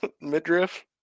midriff